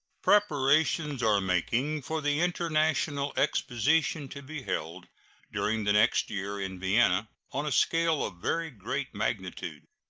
preparations are making for the international exposition to be held during the next year in vienna, on a scale of very great magnitude.